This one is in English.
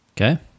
Okay